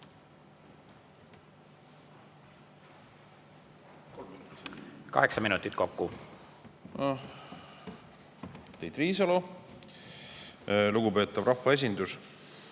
Kaheksa minutit kokku. Tiit Riisalo! Lugupeetav rahvaesindus!